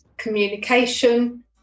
Communication